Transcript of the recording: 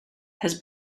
has